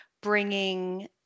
bringing